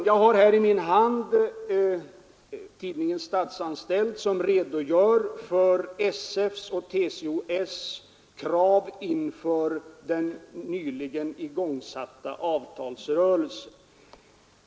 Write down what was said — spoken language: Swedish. Jag har här i min hand tidningen Statsanställd, som redogör för kraven från SF och TCO-S inför den nyligen igångsatta avtalsrörelsen.